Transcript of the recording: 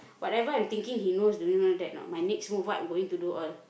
whatever I'm thinking he knows do you know that another my next move what am I going to do all